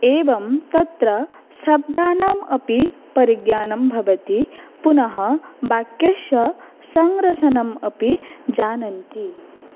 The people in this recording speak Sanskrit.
एवं तत्र शब्दानाम् अपि परिज्ञानं भवति पुनः वाक्यस्य संरचनम् अपि जानन्ति